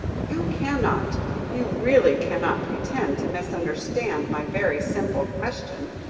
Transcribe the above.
you cannot you really cannot, pretend to misunderstand my very simple question.